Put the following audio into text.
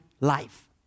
life